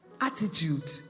attitude